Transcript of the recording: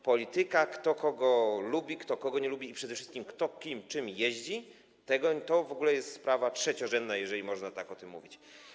Polityka, to, kto kogo lubi, kto kogo nie lubi, a przede wszystkim kto czym jeździ, to w ogóle jest sprawa trzeciorzędna, jeżeli można tak o tym mówić.